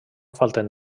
falten